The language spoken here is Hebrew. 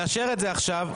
נאשר את זה עכשיו,